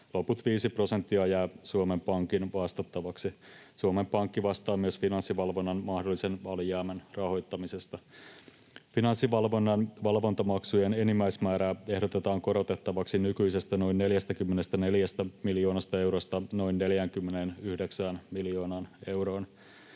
Loput 5 prosenttia jää Suomen Pankin vastattavaksi. Suomen Pankki vastaa myös Finanssivalvonnan mahdollisen alijäämän rahoittamisesta. Finanssivalvonnan valvontamaksujen enimmäismäärää ehdotetaan korotettavaksi nykyisestä noin 44 miljoonasta eurosta noin 49 miljoonaan euroon.